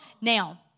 Now